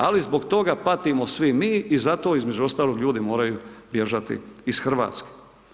Ali zbog toga patimo svi mi i zato između ostalog ljudi moraju bježati iz Hrvatske.